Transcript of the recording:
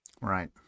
Right